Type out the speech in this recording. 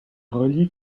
relie